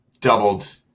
doubled